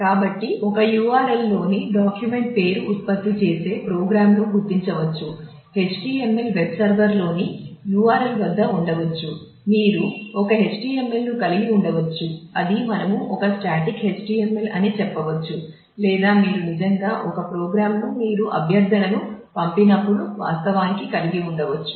కాబట్టి ఒక URL లోని డాక్యుమెంట్ పేరు ఉత్పత్తి చేసే ప్రోగ్రామ్ను మీరు అభ్యర్థనను పంపినప్పుడు వాస్తవానికి కలిగి ఉండవచ్చు